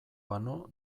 banu